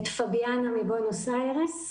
את פביאנה מבואנוס איירס,